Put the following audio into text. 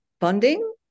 Funding